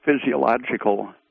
physiological